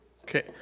Okay